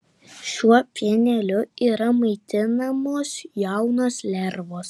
šiuo pieneliu yra maitinamos jaunos lervos